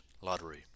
Lottery